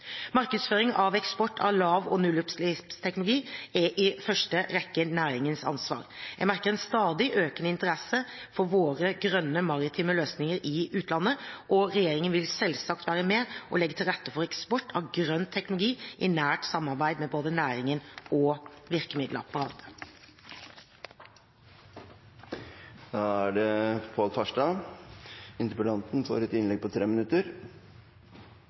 Markedsføring og eksport av lav- og nullutslippsteknologi er i første rekke næringens ansvar. Jeg merker en stadig økende interesse for våre grønne maritime løsninger i utlandet, og regjeringen vil selvsagt være med på å legge til rette for eksport av grønn teknologi, i nært samarbeid med både næringen og